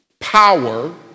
Power